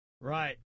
Right